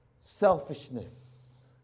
selfishness